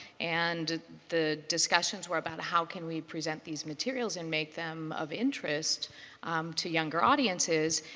and the discussions were about, how can we present these materials and make them of interest to young audiences?